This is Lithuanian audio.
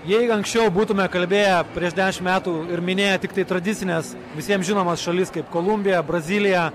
jei anksčiau būtume kalbėję prieš dešimt metų ir minėję tiktai tradicines visiems žinomas šalis kaip kolumbija brazilija